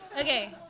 Okay